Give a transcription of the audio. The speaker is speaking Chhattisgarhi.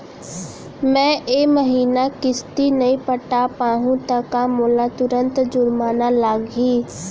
मैं ए महीना किस्ती नई पटा पाहू त का मोला तुरंत जुर्माना लागही?